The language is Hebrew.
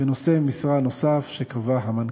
ונושא משרה נוסף שקבע המנכ"ל.